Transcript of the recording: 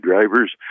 drivers